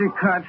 cut